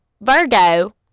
Virgo